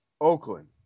Oakland